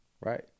right